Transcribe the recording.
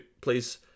please